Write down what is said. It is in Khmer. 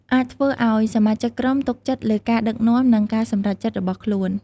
អាចធ្វើឲ្យសមាជិកក្រុមទុកចិត្តលើការដឹកនាំ និងការសម្រេចចិត្តរបស់គាត់។